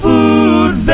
Food